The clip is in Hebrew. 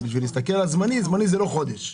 זמני זה לא חודש.